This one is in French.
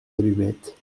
allumettes